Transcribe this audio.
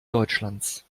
deutschlands